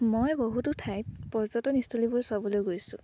মই বহুতো ঠাইত পৰ্যটনস্থলীবোৰ চাবলৈ গৈছোঁ